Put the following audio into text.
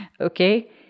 okay